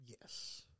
Yes